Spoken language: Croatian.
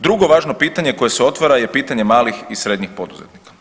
Drugo važno pitanje koje se otvara je pitanje malih i srednjih poduzetnika.